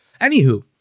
Anywho